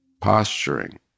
posturing